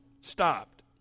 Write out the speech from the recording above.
stopped